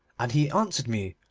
and he answered me,